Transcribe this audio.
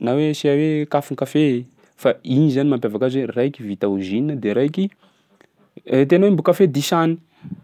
na hoe asià hoe kafon-kafe fa igny zany mampiavaka azy hoe raiky vita ozinina de raiky e tena hoe mbô kafe disany.